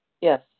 Yes